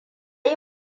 yi